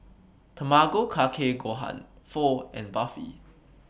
Tamago Kake Gohan Pho and Barfi